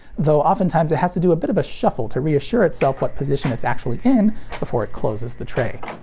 though often times it has to do a bit of a shuffle to reassure itself what position its actually in before it closes the tray.